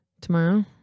Tomorrow